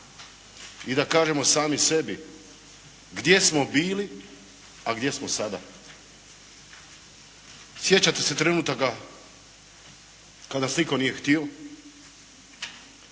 i da kažemo sami sebi gdje smo bili, a gdje smo sada. Sjećate se trenutaka kad nas nitko nije htio.